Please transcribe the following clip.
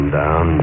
down